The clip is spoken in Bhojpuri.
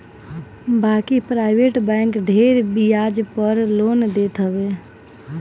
बाकी प्राइवेट बैंक ढेर बियाज पअ लोन देत हवे